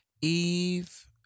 Eve